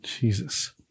Jesus